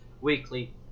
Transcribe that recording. weekly